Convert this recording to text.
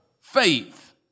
faith